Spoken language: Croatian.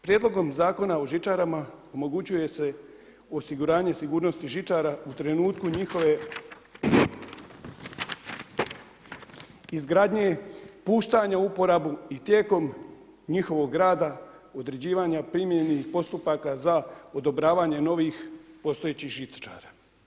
Prijedlogom Zakona o žičarama omogućuje se osiguranje sigurnosti žičara u trenutku njihove izgradnje, puštanja u uporabu i tijekom njihovog rada, određivanja primijenjenih postupaka za odobravanje novih postojećih žičara.